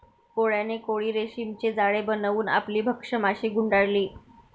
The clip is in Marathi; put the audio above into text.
कोळ्याने कोळी रेशीमचे जाळे बनवून आपली भक्ष्य माशी गुंडाळली